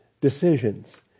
decisions